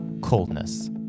coldness